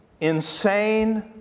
insane